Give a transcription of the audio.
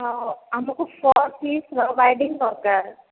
ହଁ ଆମକୁ per piece ର ବାଇଡିଙ୍ଗ ଦରକାର